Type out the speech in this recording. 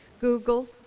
Google